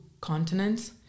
continents